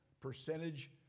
percentage